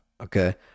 Okay